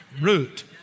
root